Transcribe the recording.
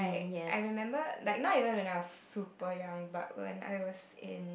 I remember like even when I was super young but when I was in